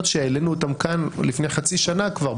שהעלינו אותן כאן לפני חצי שנה כבר,